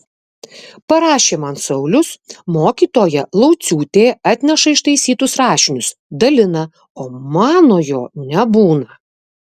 parašė man saulius mokytoja lauciūtė atneša ištaisytus rašinius dalina o manojo nebūna